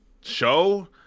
show